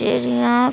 जेह्ड़ियां